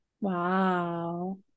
Wow